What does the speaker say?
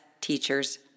teachers